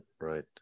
right